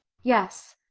yes.